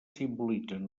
simbolitzen